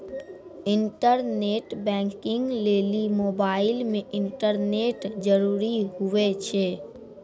internet banking लेली mobile मे internet जरूरी हुवै छै